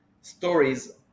stories